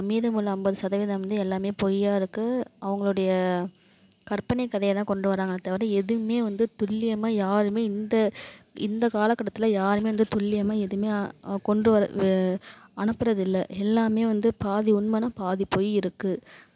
மீதம் உள்ள ஐம்பது சதவீதம் வந்து எல்லாமே பொய்யாக இருக்குது அவங்களுடைய கற்பனை கதையைதான் கொண்டு வராங்களே தவிர எதுவுமே வந்து துல்லியமாக யாருமே இந்த இந்த காலக்கட்டத்தில் யாருமே வந்து துல்லியமாக எதுமே கொண்டு வர அனுப்புறதில்லை எல்லாமே வந்து பாதி உண்மைன்னா பாதி பொய் இருக்குது